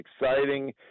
exciting